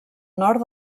nord